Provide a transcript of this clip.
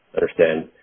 Understand